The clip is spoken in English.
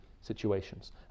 situations